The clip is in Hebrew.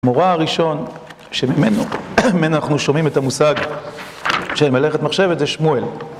המורה הראשון שממנו אנחנו שומעים את המושג של מלאכת מחשבת זה שמואל